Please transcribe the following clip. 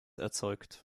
erzeugt